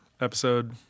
Episode